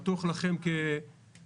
בטוח לכם כמחוקקים,